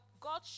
God